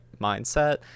mindset